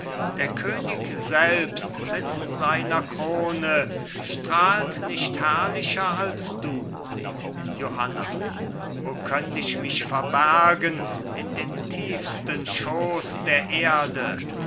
der könig selbst mit seiner krone strahlt nicht herrlicher als du johanna o könnt ich mich verbergen in den tiefsten schoß der erde